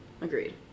Agreed